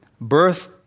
Birth